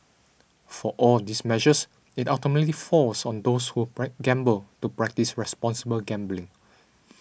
for all these measures it ultimately falls on those who gamble to practise responsible gambling